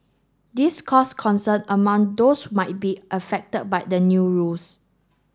this caused concern among those might be affected by the new rules